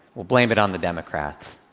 we'll blame it on the democrats.